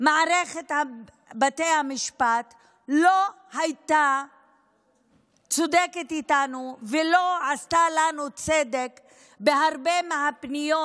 מערכת בתי המשפט לא הייתה צודקת איתנו ולא עשתה לנו צדק בהרבה מהפניות,